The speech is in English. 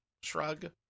Shrug